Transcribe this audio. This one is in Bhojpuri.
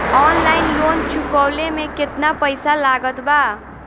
ऑनलाइन लोन चुकवले मे केतना पईसा लागत बा?